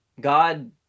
God